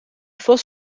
vos